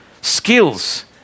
skills